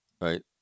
Right